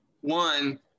one